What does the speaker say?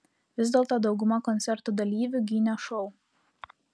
vis dėlto dauguma koncerto dalyvių gynė šou